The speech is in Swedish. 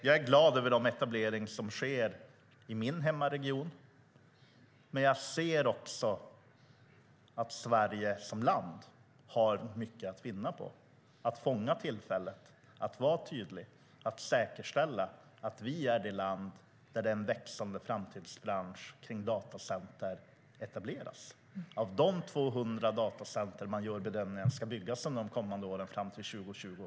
Jag är glad över den etablering som sker i min hemmaregion. Men jag ser också att Sverige som land har mycket att vinna på att fånga tillfället att vara tydlig, att säkerställa att vi är det land med en växande framtidsbransch där datacenter etableras. Man bedömer att 200 datacenter ska byggas under de kommande åren fram till 2020.